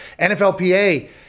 NFLPA